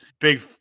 Big